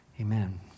Amen